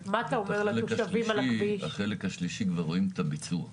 יו"ר ועדת ביטחון פנים: